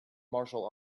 martial